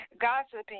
Gossiping